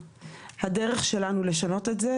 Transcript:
הדרך שלנו לשנות את זה,